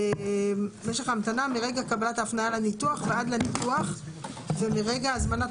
משך ההמתנה מרגע קבלת ההפניה לניתוח ועד לניתוח ומרגע הזמנת